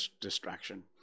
distraction